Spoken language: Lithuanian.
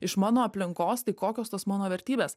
iš mano aplinkos tai kokios tos mano vertybės